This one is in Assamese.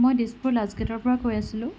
মই দিছপুৰ লাষ্টগেটৰ পৰা কৈ আছিলোঁ